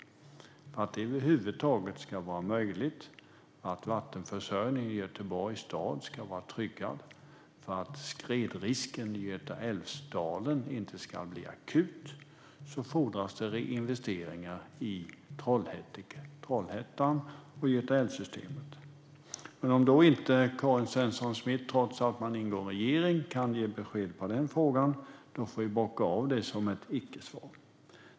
För att det över huvud taget ska vara möjligt att trygga vattenförsörjningen i Göteborgs stad och för att skredrisken i Götaälvdalen inte ska bli akut fordras det reinvesteringar i Trollhättan och i Götaälvssystemet. Men om inte Karin Svensson Smith kan ge besked i den frågan, trots att Miljöpartiet ingår i regeringen, får vi bocka av det som ett icke-svar.